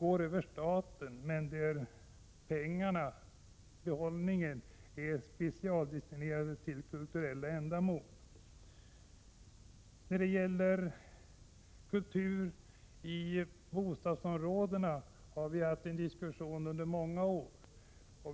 anordnas av staten men vars behållning är specialdestinerad till kulturella ändamål. Om kultur i bostadsområdena har vi under flera år haft en diskussion.